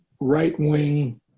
right-wing